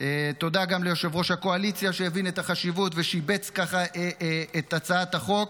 תודה גם ליושב-ראש הקואליציה שהבין את החשיבות ושיבץ ככה את הצעת החוק.